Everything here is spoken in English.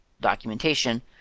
documentation